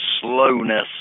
slowness